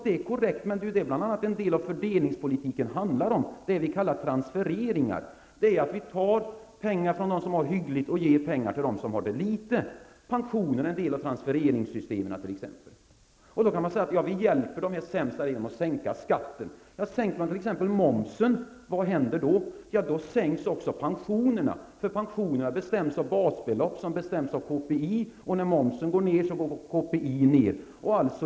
Det är korrekt, men det är ju bl.a. detta som en del av fördelningspolitiken handlar om, det som vi kallar för transfereringar, dvs. att vi tar pengar från dem som har det hyggligt och ger pengar till dem som har litet. Pensionerna är t.ex. en del av transfereringssystemet. Då kan man säga att man hjälper de sämst ställda genom att sänka skatten. Om man sänker t.ex. momsen, vad händer då? Jo, då sänks också pensionerna, eftersom pensionerna bestäms av basbeloppet som i sin tur bestäms av KPI. Och när momsen går ned går även KPI ner.